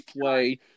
play